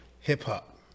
Hip-hop